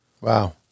Wow